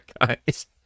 guys